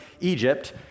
Egypt